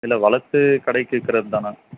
இல்லை வளர்த்து கடைக்கு விற்கிறது தாண்ணா